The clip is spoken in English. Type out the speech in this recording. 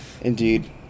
indeed